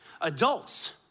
Adults